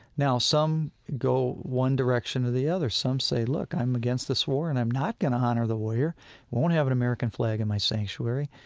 now some go one direction or the other. some say, look, i'm against this war, and i'm not going to honor the warrior. i won't have an american flag in my sanctuary,